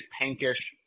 pinkish